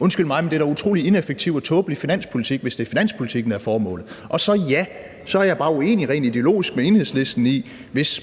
Undskyld mig, det er da en utrolig ineffektiv og tåbelig finanspolitik, hvis det er finanspolitikken, der er formålet. Og ja, så jeg er bare uenig rent ideologisk med Enhedslisten, hvis